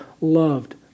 loved